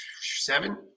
seven